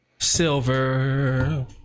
silver